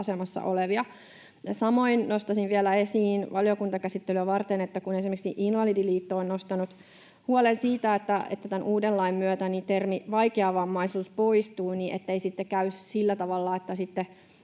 asemassa olevia. Samoin nostaisin vielä esiin valiokuntakäsittelyä varten, kun esimerkiksi Invalidiliitto on nostanut huolen siitä, että tämän uuden lain myötä termi ”vaikeavammaisuus” poistuu, ettei sitten käy sillä tavalla, että